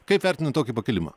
kaip vertinat tokį pakilimą